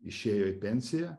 išėjo į pensiją